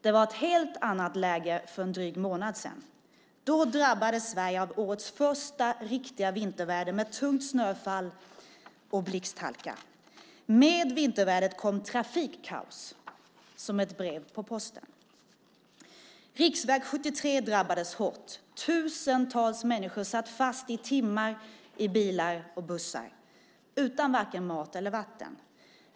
Det var ett helt annat läge för en dryg månad sedan. Då drabbades Sverige av årets första riktiga vinterväder med tungt snöfall och blixthalka. Med vintervädret kom trafikkaos som ett brev på posten. Riksväg 73 drabbades hårt. Tusentals människor satt fast i timmar i bilar och bussar, utan varken mat eller vatten.